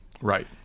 right